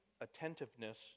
attentiveness